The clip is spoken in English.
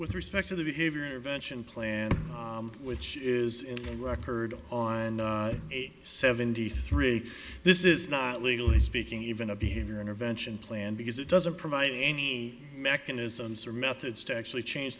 with respect to the behavior intervention plan which is in the record on age seventy three this is not legally speaking even a behavior intervention plan because it doesn't provide any mechanisms or methods to actually change